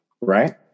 right